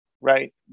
right